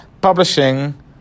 Publishing